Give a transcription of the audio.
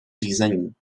řízení